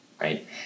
right